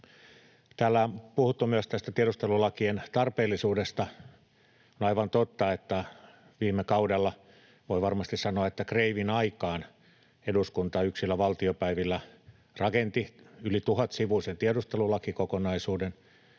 Täällä on puhuttu myös tästä tiedustelulakien tarpeellisuudesta. On aivan totta, että viime kaudella — voi varmasti sanoa, että kreivin aikaan — eduskunta yksillä valtiopäivillä rakensi yli tuhatsivuisen tiedustelulakikokonaisuuden,